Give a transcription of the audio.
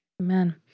Amen